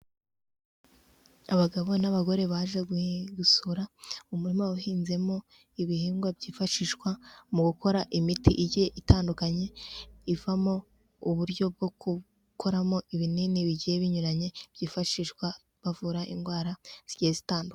Abagabo n'abagore baje gusura umurima uhinzemo ibihingwa byifashishwa mu gukora imiti igiye itandukanye ivamo uburyo bwo gukoramo ibinini bigiye binyuranye byifashishwa bavura indwara zigiye zitandukanye.